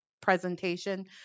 presentation